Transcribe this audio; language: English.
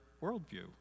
worldview